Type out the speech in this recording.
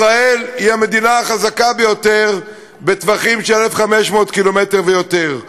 ישראל היא המדינה החזקה ביותר בטווחים של 1,500 קילומטר ויותר,